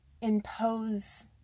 impose